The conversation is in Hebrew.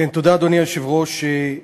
כן, אדוני היושב-ראש, תודה,